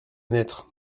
naître